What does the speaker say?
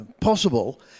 possible